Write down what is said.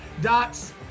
Dots